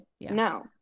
No